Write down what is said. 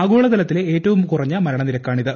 ആഗോളതലത്തിലെ ഏറ്റവും കുറഞ്ഞ മരണനിരക്കാണിത്